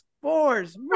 boars